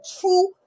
true